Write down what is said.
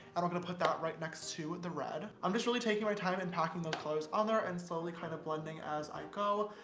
and i'm gonna put that right next to the red. i'm just really taking my time in packing those colors on there, and slowly kind of blending as i go.